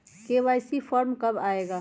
KYC form कब आए गा?